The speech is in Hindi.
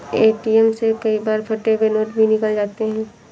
ए.टी.एम से कई बार फटे हुए नोट भी निकल जाते हैं